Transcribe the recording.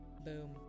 Boom